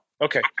Okay